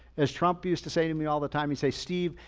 as trump used to say to me all the time, he'd say, steve,